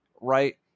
right